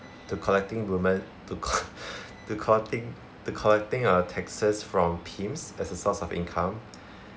to collecting women to coll~ to collecting to collecting uh taxes from pimps as a source of income